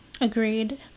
Agreed